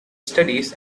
studies